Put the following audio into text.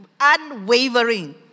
unwavering